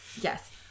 Yes